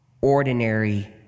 ordinary